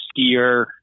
skier